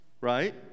Right